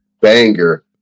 banger